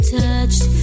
touched